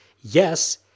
Yes